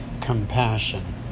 compassion